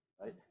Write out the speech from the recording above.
right